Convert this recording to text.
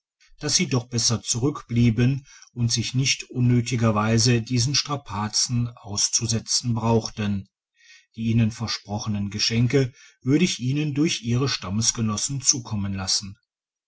dass sie doch besser zurtickblieben und sich nicht unnötiger weise diesen strapazen auszusetzen brauchten die ihnen versprochenen geschenke würde ich ihnen durch ihre stammesgenossen zukommen lassen